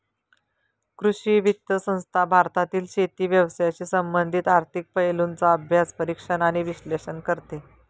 कृषी वित्त संस्था भारतातील शेती व्यवसायाशी संबंधित आर्थिक पैलूंचा अभ्यास, परीक्षण आणि विश्लेषण करते